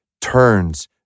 turns